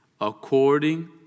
according